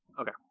Okay